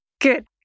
Good